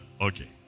Okay